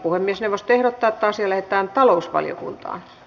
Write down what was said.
puhemiesneuvosto ehdottaa että asia lähetetään talousvaliokuntaan